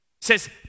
says